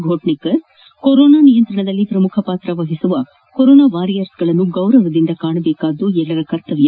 ಫೋಟ್ನೇಕರ್ corona ನಿಯಂತ್ರಣದಲ್ಲಿ ಪ್ರಮುಖ ಪಾತ್ರ ವಹಿಸುವ ಕೋರೋನಾ ವಾರಿಯರ್ಸ್ಗಳನ್ನು ಗೌರವದಿಂದ ಕಾಣಬೇಕಾದುದು ನಮ್ಮೆಲ್ಲರ ಕರ್ತವ್ಯ